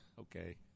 Okay